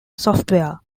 software